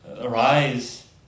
arise